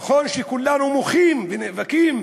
נכון שכולנו מוחים ונאבקים